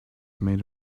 made